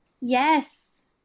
Yes